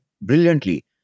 brilliantly